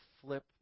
flip